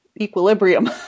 equilibrium